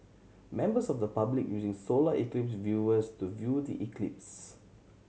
members of the public using solar eclipse viewers to view the eclipse